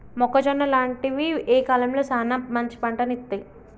మొక్కజొన్న లాంటివి ఏ కాలంలో సానా మంచి పంటను ఇత్తయ్?